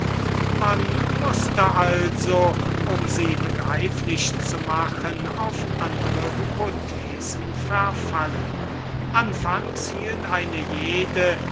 man mußte also sie begreiflich zu machen auf andere hypothesen verfallen anfangs hielt eine jede